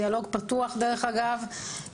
דיאלוג פתוח דרך אגב.